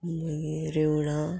मागीर रिवणा